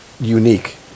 unique